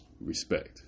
Respect